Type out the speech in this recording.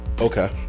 Okay